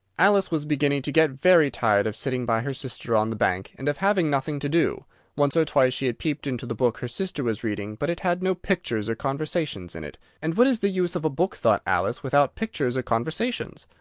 alice was beginning to get very tired of sitting by her sister on the bank, and of having nothing to do once or twice she had peeped into the book her sister was reading, but it had no pictures or conversations in it, and what is the use of a book, thought alice, without pictures or conversations?